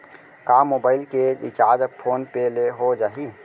का मोबाइल के recharge PhonePe ले हो जाही?